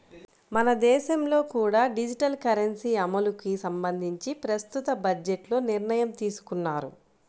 మన దేశంలో కూడా డిజిటల్ కరెన్సీ అమలుకి సంబంధించి ప్రస్తుత బడ్జెట్లో నిర్ణయం తీసుకున్నారు